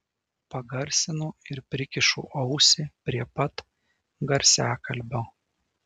pagarsinu ir prikišu ausį prie pat garsiakalbio